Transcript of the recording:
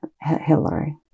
Hillary